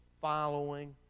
following